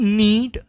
need